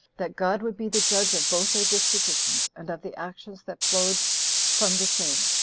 that god would be the judge of both their dispositions, and of the actions that flowed from the same,